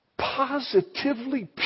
positively